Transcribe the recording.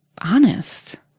honest